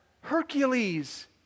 Hercules